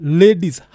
ladies